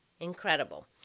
incredible